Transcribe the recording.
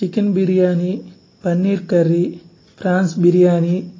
chicken biryani paneer curry prawns biryani